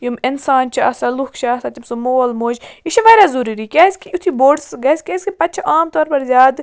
یِم اِنسان چھِ آسان لوٗکھ چھِ آسان تٔمۍ سنٛد موٗل موٗج یہِ چھِ واریاہ ضروٗری کیٛازِکہِ یُتھ یہِ بوٚڑ سُہ گژھہِ کیٛازِکہِ پَتہٕ چھِ عام طور پَر زیادٕ